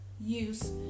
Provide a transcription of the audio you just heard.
use